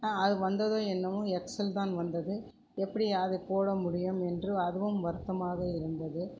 அது வந்ததோ என்னவோ எக்ஸல் தான் வந்தது எப்படி அது போட முடியும் என்று அதுவும் வருத்தமாக இருந்தது